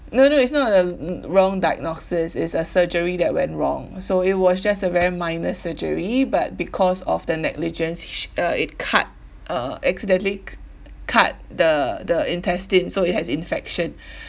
no no it's not a wrong diagnosis it's a surgery that went wrong so it was just a very minor surgery but because of their negligence sh~ it cut uh accidentally cu~ cut the the intestine so it has infection